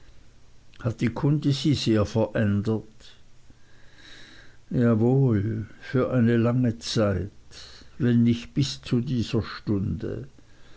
hat die kunde sie sehr verändert fragten wir jawohl für eine lange zeit wenn nicht bis zu dieser stunde